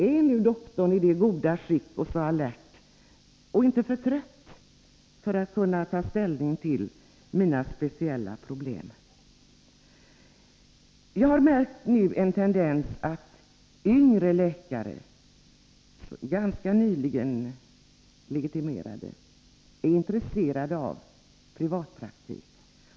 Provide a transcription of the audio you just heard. Är nu doktorn i gott skick, inte för trött och så alert att han kan ta ställning till mina speciella problem? Vi har märkt en tendens till att yngre läkare, ganska nyligen legitimerade, är intresserade av privatpraktik.